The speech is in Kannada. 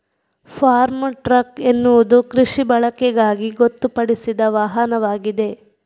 ಫಾರ್ಮ್ ಟ್ರಕ್ ಎನ್ನುವುದು ಕೃಷಿ ಬಳಕೆಗಾಗಿ ಗೊತ್ತುಪಡಿಸಿದ ವಾಹನವಾಗಿದೆ